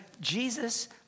Jesus